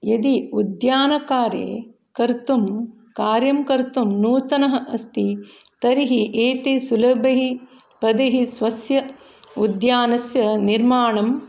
यदि उद्यानकारे कर्तुं कार्यं कर्तुं नूतनः अस्ति तर्हि एते सुलभैः पदैः स्वस्य उद्यानस्य निर्माणं